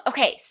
Okay